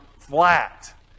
flat